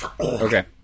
Okay